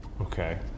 Okay